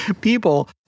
people